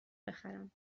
بخرم